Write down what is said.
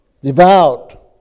devout